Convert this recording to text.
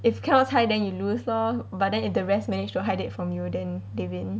if cannot 猜 then you lose lor but then if the rest manage to hide it from you then they win